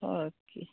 okay